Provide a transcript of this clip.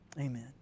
amen